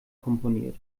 komponiert